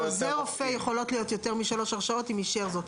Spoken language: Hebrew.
לעוזר הרופא יכולות להיות יותר משלוש הרשאות אם אישר זאת.